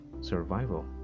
survival